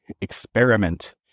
experiment